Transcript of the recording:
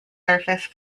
surface